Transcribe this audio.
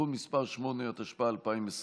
(תיקון מס' 8), התשפ"א 2021,